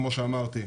כמו שאמרתי,